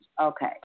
okay